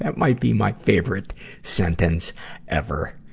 and might be my favorite sentence ever.